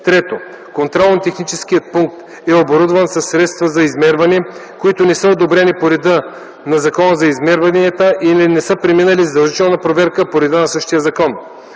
9; 3. контролно-техническият пункт е оборудван със средства за измерване, които не са одобрени по реда на Закона за измерванията или не са преминали задължителна проверка по реда на същия закон;